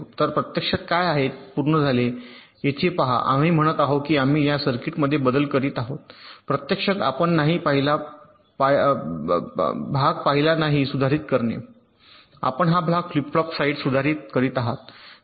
तर प्रत्यक्षात काय आहेत पूर्ण झाले येथे पहा आम्ही म्हणत आहोत की आम्ही या सर्किटमध्ये बदल करीत आहोत प्रत्यक्षात आपण पहिला भाग सुधारित करणे आपण हा भाग फ्लिप फ्लॉप साइड सुधारित करीत आहात